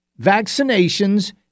Vaccinations